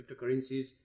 cryptocurrencies